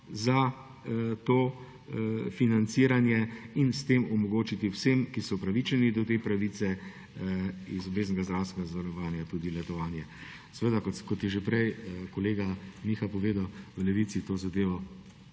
za to financiranje in s tem omogočiti vsem, ki so upravičeni do te pravice iz obveznega zdravstvenega zavarovanja, letovanje. Kot je že prej kolega Miha povedal, v Levici to zadevo